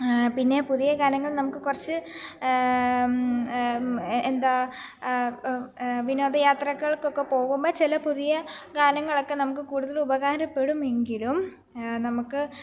പിന്നെ പുതിയ ഗാനങ്ങൾ നമുക്ക് കു റച്ച് എന്താണ് വിനോദയാത്രകൾകൊക്കെ പോകുമ്പം ചില പുതിയ ഗാനങ്ങളോക്കെ നമുക്ക് കൂടുതലുപകാരപ്പെടുമെങ്കിലും നമുക്ക്